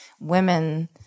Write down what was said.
women